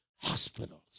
hospitals